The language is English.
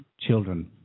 children